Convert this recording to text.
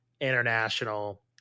international